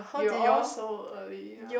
you were all so early ya